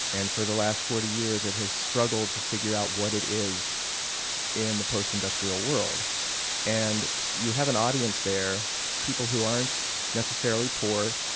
and for the last forty years, it has struggled to figure out what it is in the post-industrial world and you have an audience there people who aren't necessarily poor,